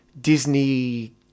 Disney